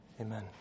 Amen